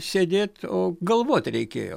sėdėt o galvoti reikėjo